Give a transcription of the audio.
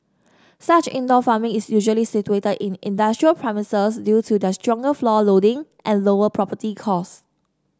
such indoor farming is usually situated in industrial premises due to their stronger floor loading and lower property costs